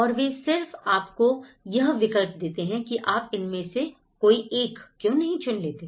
और वे सिर्फ आपको यह विकल्प देते हैं कि आप इनमें से कोई एक क्यों नहीं चुन लेते